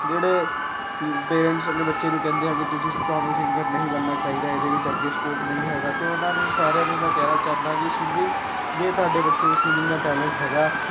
ਜਿਹੜੇ ਪੇਰੈਂਟਸ ਆਪਣੇ ਬੱਚੇ ਨੂੰ ਕਹਿੰਦੇ ਹੈ ਕਿ ਤੁਸੀਂ ਤੁਹਾਨੂੰ ਸਿੰਗਰ ਨਹੀਂ ਬਣਨਾ ਚਾਹੀਦਾ ਇਹਦੇ ਵਿੱਚ ਅੱਗੇ ਸਕੋਪ ਨਹੀਂ ਹੈਗਾ ਤਾਂ ਉਹਨਾਂ ਨੂੰ ਸਾਰਿਆਂ ਨੂੰ ਮੈਂ ਕਹਿਣਾ ਚਾਹੁੰਦਾ ਕਿ ਸਿੰਗਿੰਗ ਜੇ ਤੁਹਾਡੇ ਬੱਚੇ ਵਿੱਚ ਸਿੰਗਿੰਗ ਦਾ ਟੈਲੈਂਟ ਹੈਗਾ